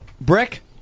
Brick